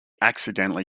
accidentally